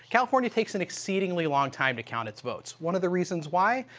california takes an exceedingly long time to count it's votes. one of the reasons why,